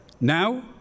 Now